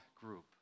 group